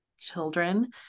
children